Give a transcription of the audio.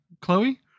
chloe